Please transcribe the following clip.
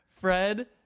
Fred